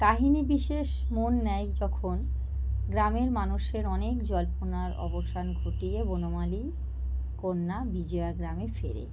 কাহিনী বিশেষ মোড় নেয় যখন গ্রামের মানুষের অনেক জল্পনার অবসান ঘটিয়ে বনমালীর কন্যা বিজয়া গ্রামে ফেরে